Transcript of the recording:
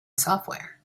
software